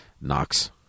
Knox